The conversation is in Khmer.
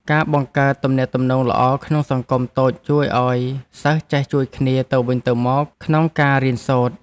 ការបង្កើតទំនាក់ទំនងល្អក្នុងក្រុមតូចជួយឱ្យសិស្សចេះជួយគ្នាទៅវិញទៅមកក្នុងការរៀនសូត្រ។